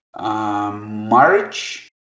March